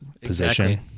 position